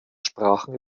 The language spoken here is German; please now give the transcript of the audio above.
sprachen